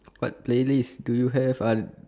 what play list do you have ah